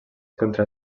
contra